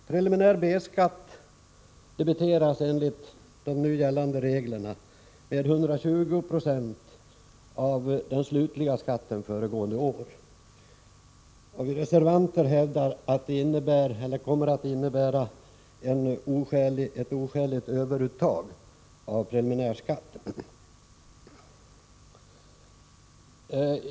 Preliminär B-skatt debiteras enligt de nu gällande reglerna med 120 90 av den slutliga skatten föregående år. Vi reservanter hävdar att det kommer att innebära ett oskäligt överuttag av preliminärskatt.